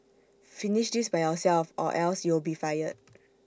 finish this by yourself or else you'll be fired